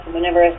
Whenever